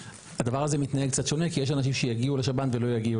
הדבר הזה מתנהג קצת שונה כי יש אנשים שיגיעו לשב"ן ולא יגיעו